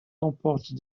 comporte